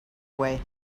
away